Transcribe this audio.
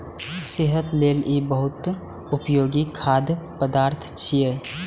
सेहत लेल ई बहुत उपयोगी खाद्य पदार्थ छियै